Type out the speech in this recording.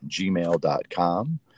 gmail.com